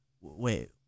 wait